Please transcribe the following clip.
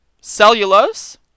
cellulose